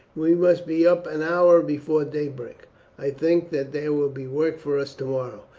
we must be up an hour before daybreak i think that there will be work for us tomorrow.